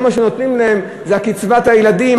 כל מה שנותנים להם זה קצבת הילדים,